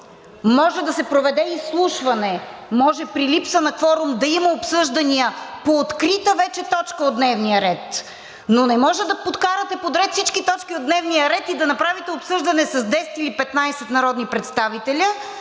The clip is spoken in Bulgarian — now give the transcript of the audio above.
може да се проведе изслушване, може при липса на кворум да има обсъждания по открита вече точка от дневния ред! Но не може да подкарате подред всички точки от дневния ред и да направите обсъждане с 10 или 15 народни представители,